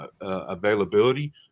availability